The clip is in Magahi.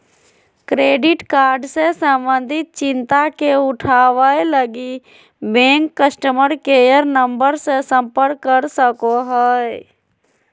क्रेडिट कार्ड से संबंधित चिंता के उठावैय लगी, बैंक कस्टमर केयर नम्बर से संपर्क कर सको हइ